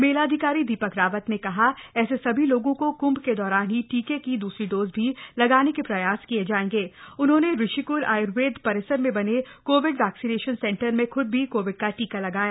मस्राधिकारी दीपक रावत न कहा ऐस सभी लोगों को कंभ क दौरान ही टीका की दुसरी डोज भी लगान का प्रयास किय जाएंग उन्होंन ऋषिकल आयूर्वेद परिसर में बन कोविड वैक्सीनश्रान सेंटर में ख्द भी कोविड का टीका लगवाया